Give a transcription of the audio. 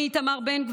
נכון, אמרתי את זה.